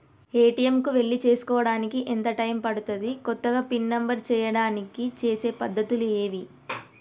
ATM కు వెళ్లి చేసుకోవడానికి ఎంత టైం పడుతది? కొత్తగా పిన్ నంబర్ చేయడానికి చేసే పద్ధతులు ఏవి?